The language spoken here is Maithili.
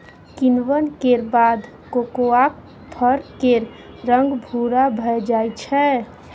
किण्वन केर बाद कोकोआक फर केर रंग भूरा भए जाइ छै